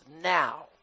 now